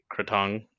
Kratong